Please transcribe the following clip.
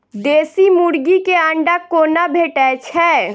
देसी मुर्गी केँ अंडा कोना भेटय छै?